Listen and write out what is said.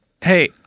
hey